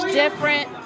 different